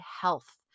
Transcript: health